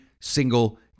single